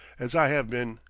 as i have been,